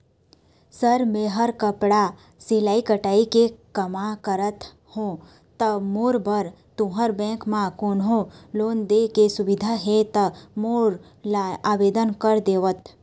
Sir Mehar कपड़ा सिलाई कटाई के कमा करत हों ता मोर बर तुंहर बैंक म कोन्हों लोन दे के सुविधा हे ता मोर ला आवेदन कर देतव?